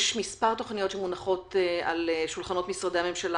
יש מספר תוכניות שמונחות על שולחנות משרדי הממשלה